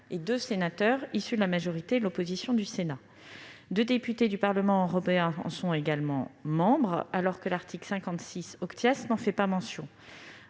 et deux sénateurs, issus de la majorité et de l'opposition du Sénat. Deux députés du Parlement européen en sont également membres, mais l'article 56 n'en fait pas mention